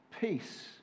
peace